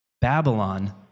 Babylon